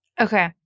okay